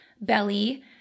belly